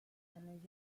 henne